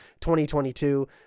2022